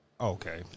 Okay